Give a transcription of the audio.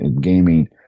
gaming